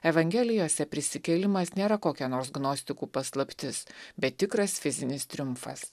evangelijose prisikėlimas nėra kokia nors gnostikų paslaptis bet tikras fizinis triumfas